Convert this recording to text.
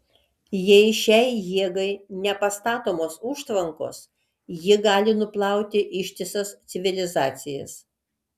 jei šiai jėgai nepastatomos užtvankos ji gali nuplauti ištisas civilizacijas